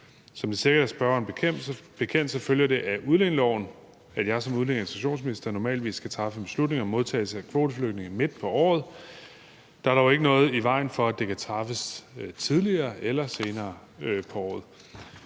Som det sikkert er spørgeren bekendt, følger det af udlændingeloven, at jeg som udlændinge- og integrationsminister normalvis skal træffe en beslutning om modtagelse af kvoteflygtninge midt på året. Der er dog ikke noget i vejen for, at beslutningen kan træffes tidligere eller senere på året.